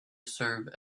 serve